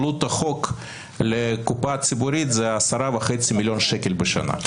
עלות החוק לקופה הציבורית זה 10.5 מיליון שקל בשנה.